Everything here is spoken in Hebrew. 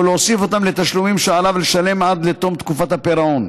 או להוסיף אותם לתשלומים שעליו לשלם עד לתום תקופת הפירעון.